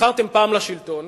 נבחרתם פעם לשלטון